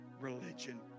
religion